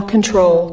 Control